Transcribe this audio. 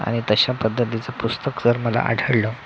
आणि तशा पद्धतीचं पुस्तक जर मला आढळलं